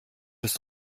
ist